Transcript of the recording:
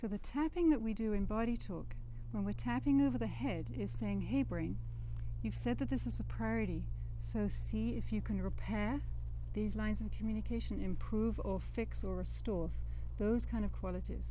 so the tapping that we do in body took when we're tapping over the head is saying hey brain you've said that this is a priority so see if you can repair these lines of communication improve or fix or restore those kind of qualities